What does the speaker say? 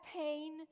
pain